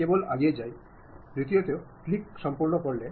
আমি কেবল এগিয়ে যাই দ্বিতীয়টি ক্লিক সম্পন্ন হল